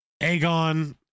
Aegon